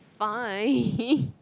fine